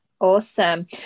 Awesome